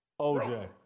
OJ